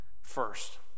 first